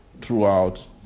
throughout